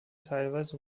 teilweise